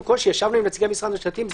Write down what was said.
כשישבנו עם נציגי משרד המשפטים,